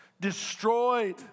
destroyed